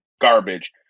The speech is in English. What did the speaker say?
garbage